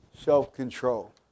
self-control